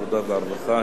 ישיב שר הרווחה.